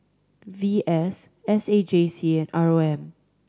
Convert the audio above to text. V S S A J C and R O M